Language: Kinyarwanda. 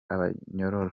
abanyororo